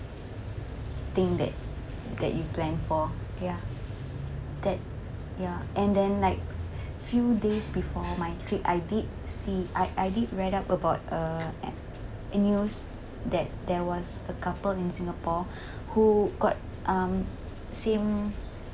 thing that that you plan for ya that ya and then like few days before my trip I did see I I did read up about uh a a news that there was a couple in singapore who got um same